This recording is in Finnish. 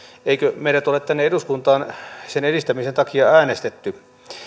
eikö meidät ole tänne eduskuntaan sen edistämisen takia äänestetty